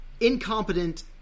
incompetent